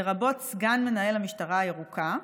לרבות סגן מנהל המשטרה הירוקה.